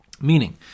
Meaning